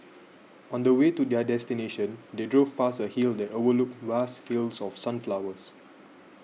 on the way to their destination they drove past a hill that overlooked vast fields of sunflowers